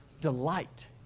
delight